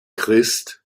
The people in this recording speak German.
christ